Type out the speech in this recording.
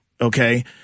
Okay